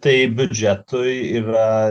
tai biudžetui yra